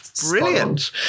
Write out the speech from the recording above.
Brilliant